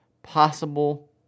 possible